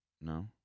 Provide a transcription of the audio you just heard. No